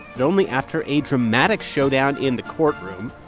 but only after a dramatic showdown in the courtroom.